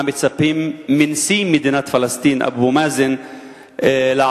מה מצפים מנשיא מדינת פלסטין אבו מאזן לעשות?